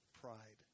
pride